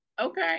okay